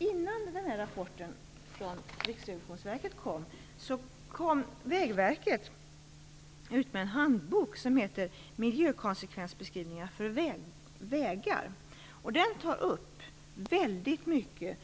Innan rapporten från Riksrevisionsverket kom gav Vägverket ut en handbok som heter Miljökonsekvensbeskrivningar för vägar. Den tar upp väldigt mycket